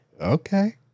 Okay